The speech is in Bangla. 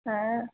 হ্যাঁ